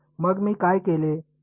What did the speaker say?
मग मी काय केले